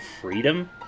freedom